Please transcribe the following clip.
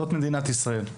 זו מדינת ישראל.